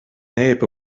neb